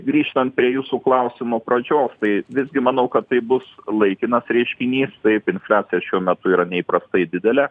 grįžtan prie jūsų klausimo pradžios tai visgi manau kad tai bus laikinas reiškinys taip infliacija šiuo metu yra neįprastai didelė